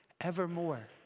evermore